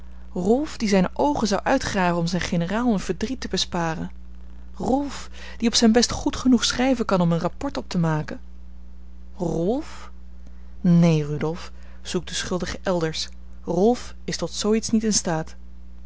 rolf die zijne oogen zou uitgraven om zijn generaal een verdriet te besparen rolf die op zijn best goed genoeg schrijven kan om een rapport op te maken rolf neen rudolf zoek den schuldige elders rolf is tot zoo iets niet in staat